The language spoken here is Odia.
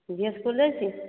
ଝିଅ ସ୍କୁଲ ଯାଇଛି